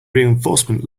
reinforcement